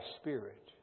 spirit